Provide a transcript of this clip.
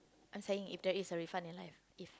I'm saying if there is a refund in life if